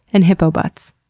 and hippo butts.